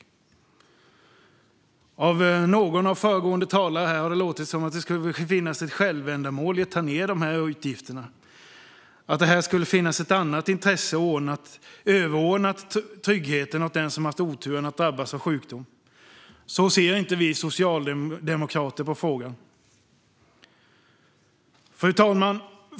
Från någon av de föregående talarna har det låtit som att det skulle finnas ett självändamål i att minska dessa utgifter och att det här skulle finnas ett annat intresse överordnat trygghet åt den som haft oturen att drabbas av sjukdom. Så ser inte vi socialdemokrater på frågan. Fru talman!